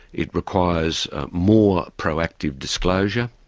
it requires more proactive disclosure,